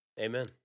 Amen